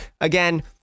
Again